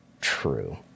true